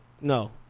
no